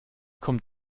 kommt